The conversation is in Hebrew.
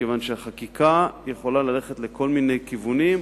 מכיוון שחקיקה יכולה ללכת בכל מיני כיוונים,